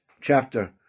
chapter